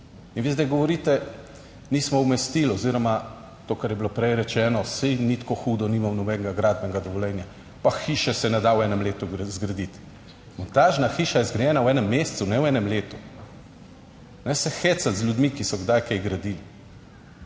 In vi zdaj govorite nismo umestili oziroma to kar je bilo prej rečeno, saj ni tako hudo, nimamo nobenega gradbenega dovoljenja, pa hiše se ne da v enem letu zgraditi, montažna hiša je zgrajena v enem mesecu, ne v enem letu. Ne se hecati z ljudmi, ki so kdaj kaj gradili.